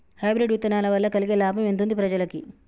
Hybrid విత్తనాల వలన కలిగే లాభం ఎంతుంది ప్రజలకి?